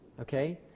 okay